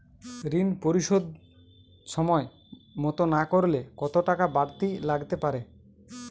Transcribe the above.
ঋন পরিশোধ সময় মতো না করলে কতো টাকা বারতি লাগতে পারে?